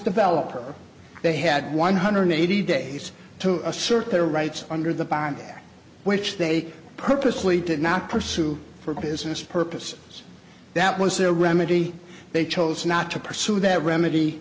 developer they had one hundred eighty days to assert their rights under the bond at which they purposely did not pursue for business purposes that was their remedy they chose not to pursue their remedy